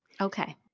Okay